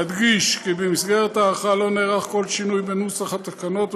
אדגיש כי במסגרת ההארכה לא נערך כל שינוי בנוסח התקנות,